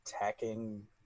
Attacking